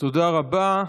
תודה רבה.